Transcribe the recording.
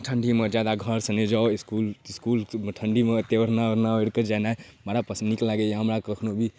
ठण्डीमे जादा घरसँ नहि जाउ इसकुल तिसकुल ठण्डीमे एते ओढ़ना तोढ़ना ओढ़ि कऽ जनाइ बड़ा पसन्द नीक लागैया हमरा कखनो भी